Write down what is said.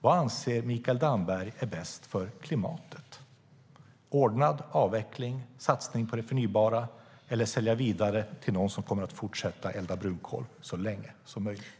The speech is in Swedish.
Vad anser Mikael Damberg är bäst för klimatet, ordnad avveckling, satsning på det förnybara eller sälja vidare till någon som kommer att fortsätta att elda brunkol så länge som möjligt?